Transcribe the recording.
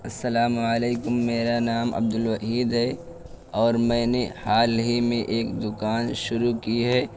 السلام علیکم میرا نام عبد الوحید ہے اور میں نے حال ہی میں ایک دکان شروع کی ہے